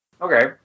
Okay